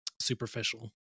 superficial